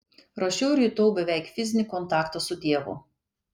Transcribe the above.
rašiau ir jutau beveik fizinį kontaktą su dievu